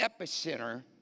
epicenter